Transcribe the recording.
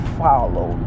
follow